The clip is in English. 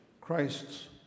Christ's